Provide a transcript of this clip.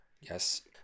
yes